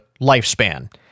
lifespan